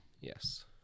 Yes